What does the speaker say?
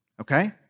Okay